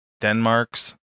Denmark's